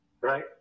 Right